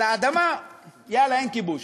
על האדמה, יאללה, אין כיבוש,